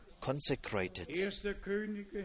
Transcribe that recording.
consecrated